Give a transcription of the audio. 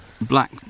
black